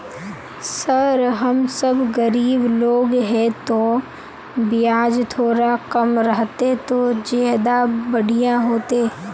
sir हम सब गरीब लोग है तो बियाज थोड़ा कम रहते तो ज्यदा बढ़िया होते